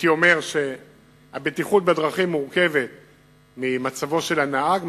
הייתי אומר שהבטיחות בדרכים מורכבת ממצבו של הנהג,